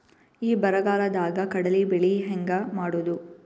ಈ ಬರಗಾಲದಾಗ ಕಡಲಿ ಬೆಳಿ ಹೆಂಗ ಮಾಡೊದು?